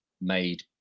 made